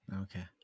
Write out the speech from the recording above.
Okay